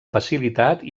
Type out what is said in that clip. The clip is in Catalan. facilitat